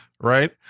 Right